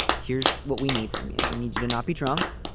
here's what we need from you. we need you to not be drunk.